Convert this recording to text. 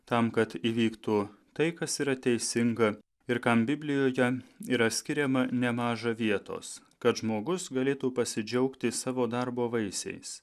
tam kad įvyktų tai kas yra teisinga ir kam biblijoje yra skiriama nemaža vietos kad žmogus galėtų pasidžiaugti savo darbo vaisiais